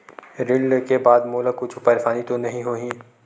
ऋण लेके बाद मोला कुछु परेशानी तो नहीं होही?